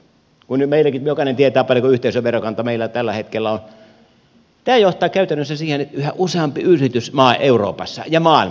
kun meilläkin jokainen tietää paljonko yhteisöverokanta meillä tällä hetkellä on niin tämä johtaa käytännössä siihen että yhä useampi yritys euroopassa ja maailmalla mitä ne ovat tehneet